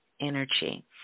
energy